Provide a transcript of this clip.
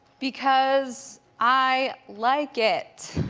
because i like it.